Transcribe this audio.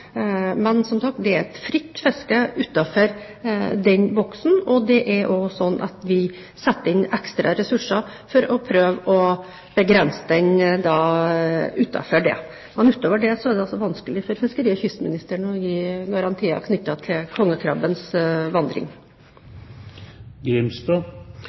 Men det er et fritt fiske utenfor «boksen», og det er også sånn at vi setter inn ekstra ressurser for å prøve å begrense den utenfor det området. Utover det er det vanskelig for fiskeri- og kystministeren å gi garantier knyttet til kongekrabbens vandring.